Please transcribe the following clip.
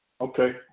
okay